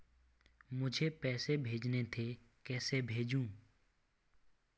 मुझे पैसे भेजने थे कैसे भेजूँ?